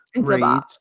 great